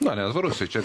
na netvarus tai čia